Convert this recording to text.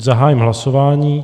Zahájím hlasování.